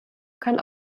kann